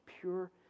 pure